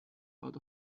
out